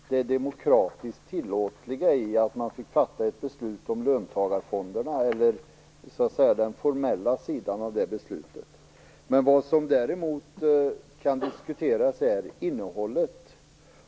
Herr talman! Med anledning av vad Beatrice Ask sade på slutet av sitt anförande vill jag säga att ingen har ifrågasatt det demokratiskt tillåtliga i att fatta ett beslut om löntagarfonderna, dvs. den formella sidan av beslutet. Vad som däremot kan diskuteras är innehållet.